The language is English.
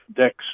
decks